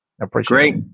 Great